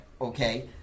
Okay